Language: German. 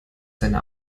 seine